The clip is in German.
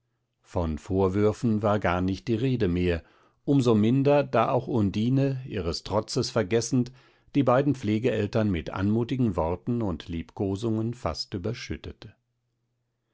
von vorwürfen war gar nicht die rede mehr um so minder da auch undine ihres trotzes vergessend die beiden pflegeeltern mit anmutigen worten und liebkosungen fast überschüttete